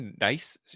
nice